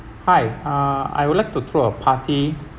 hi uh I would like to throw a party